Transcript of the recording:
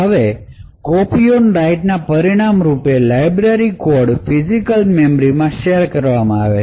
હવે copy on રાઇટના પરિણામ રૂપે લાઇબ્રેરી કોડ ફિજિકલ મેમરીમાં શેર કરવામાં આવે છે